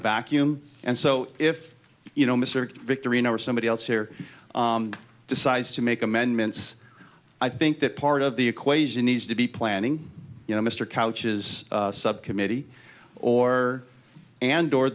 vacuum and so if you know mr victorian or somebody else here decides to make amendments i think that part of the equation needs to be planning you know mr couches subcommittee or and